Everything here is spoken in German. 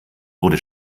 wurde